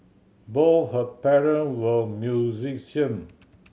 both her parent were musician